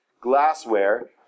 Glassware